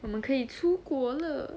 我们可以出国了